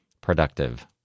productive